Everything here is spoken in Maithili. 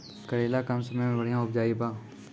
करेला कम समय मे बढ़िया उपजाई बा?